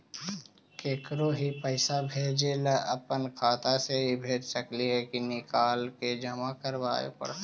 केकरो ही पैसा भेजे ल अपने खाता से ही भेज सकली हे की निकाल के जमा कराए पड़तइ?